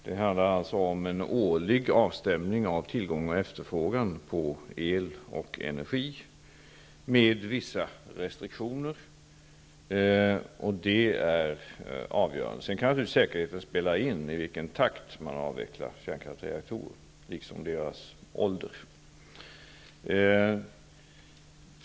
Det handlar alltså om en årlig avstämning av tillgång och efterfrågan på el och energi, med vissa restriktioner, och det är avgörande. Sedan kan naturligtvis säkerheten spela in när det gäller i vilken takt man avvecklar kärnkraftsreaktorer, liksom deras ålder.